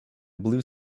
blue